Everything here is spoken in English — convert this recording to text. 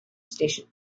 station